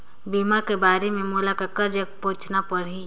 बीमा कर बारे मे मोला ककर जग पूछना परही?